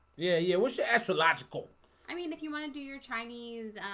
yeah. yeah, we should astrological i mean if you want to do your chinese